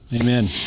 amen